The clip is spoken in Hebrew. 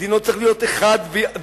ודינו צריך להיות אחד ואחיד.